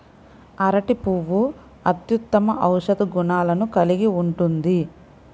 అరటి పువ్వు అత్యుత్తమ ఔషధ గుణాలను కలిగి ఉంటుంది